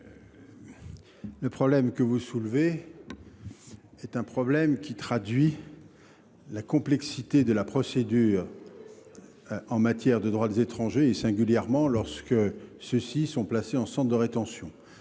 le problème que vous soulevez traduit la complexité de la procédure en matière de droit des étrangers, et singulièrement lorsque ceux ci sont placés en centre de rétention.